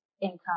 income